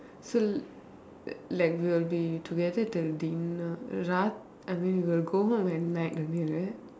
so like we will be together till dinner ராத்:raath I mean we will go home at night only right